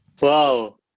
wow